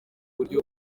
buryo